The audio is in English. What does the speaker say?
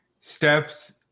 steps